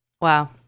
Wow